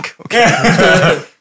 Okay